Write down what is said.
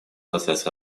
процесс